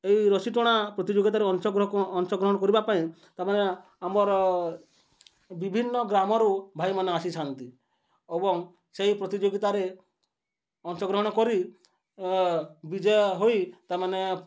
ଏଇ ରସି ଟଣା ପ୍ରତିଯୋଗିତାରେ ଅଂଶଗ୍ରହ ଅଂଶଗ୍ରହଣ କରିବା ପାଇଁ ତାମାନେ ଆମର ବିଭିନ୍ନ ଗ୍ରାମରୁ ଭାଇମାନେ ଆସିଥାନ୍ତି ଏବଂ ସେହି ପ୍ରତିଯୋଗିତାରେ ଅଂଶଗ୍ରହଣ କରି ବିଜୟ ହୋଇ ତାମାନେ